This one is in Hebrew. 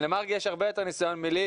למרגי יש יותר ניסיון ממני,